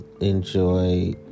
enjoy